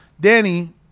Danny